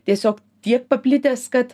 tiesiog tiek paplitęs kad